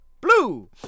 blue